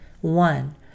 One